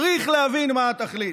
צריך להבין מה התכלית.